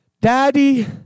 Daddy